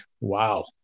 wow